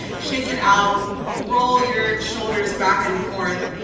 shake it out. roll your shoulders back and forth,